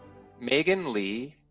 megan lee,